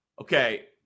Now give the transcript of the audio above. Okay